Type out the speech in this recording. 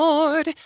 Lord